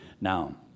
Now